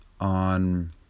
on